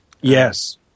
Yes